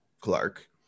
Clark